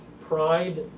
pride